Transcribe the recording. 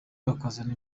bakazana